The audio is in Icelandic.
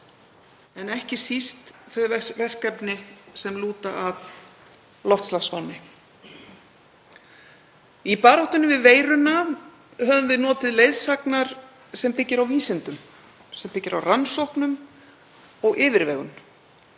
en ekki síst þeirra verkefna sem lúta að loftslagsvánni. Í baráttunni við veiruna höfum við notið leiðsagnar sem byggir á vísindum, sem byggir á rannsóknum og yfirvegun.